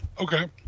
okay